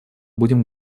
будем